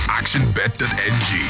actionbet.ng